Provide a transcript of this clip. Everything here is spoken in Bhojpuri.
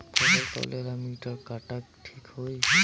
फसल तौले ला मिटर काटा ठिक होही?